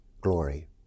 glory